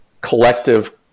collective